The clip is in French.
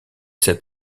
cet